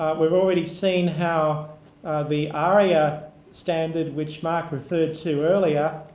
we've already seen how the aria standard, which mark referred to earlier,